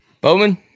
Bowman